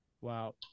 Wow